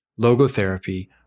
logotherapy